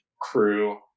crew